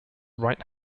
right